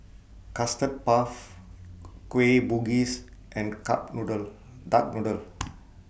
Custard Puff Kueh Bugis and Noodle Duck Noodle